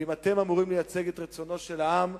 ואם אתם אמורים לייצג את רצונו של העם,